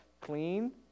clean